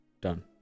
Done